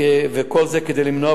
וכל זה כדי למנוע,